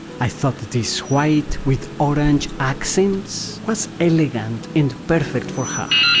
i thought this white with orange accents, was elegant and perfect for her!